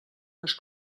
les